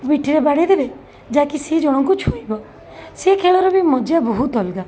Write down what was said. ପିଠିରେ ବାଡ଼େଇଦେବେ ଯାକି ସିଏ ଜଣଙ୍କୁ ଛୁଇଁବ ସେ ଖେଳରେ ବି ମଜା ବହୁତ ଅଲଗା